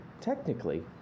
technically